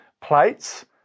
plates